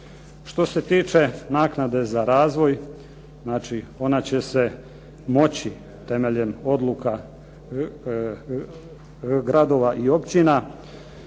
Što se tiče naknade za razvoj, znači ona će se moći temelj odluka gradova i općina